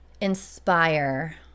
inspire